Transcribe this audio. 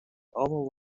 all